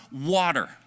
water